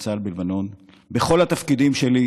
בכל התפקידים שלי,